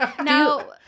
Now